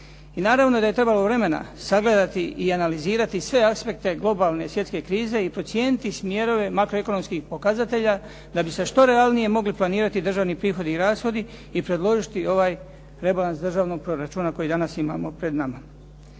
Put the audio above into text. naravno da je trebalo vremena sagledati i analizirati sve aspekte globalne svjetske krize i procijeniti smjerove makroekonomskih pokazatelja da bi se što realnije mogli planirati državi prihodi rashodi i predložiti ovaj rebalans državnog proračuna koji danas imamo pred nama.